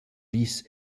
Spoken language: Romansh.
vis